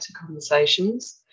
conversations